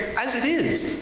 as it is,